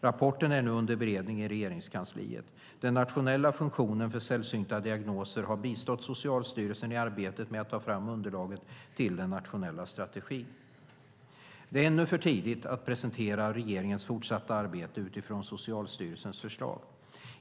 Rapporten är nu under beredning i Regeringskansliet. Den nationella funktionen för sällsynta diagnoser har bistått Socialstyrelsen i arbetet med att ta fram underlaget till den nationella strategin. Det är ännu för tidigt att presentera regeringens fortsatta arbete utifrån Socialstyrelsens förslag.